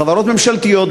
בחברות ממשלתיות,